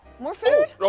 more food?